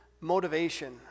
motivation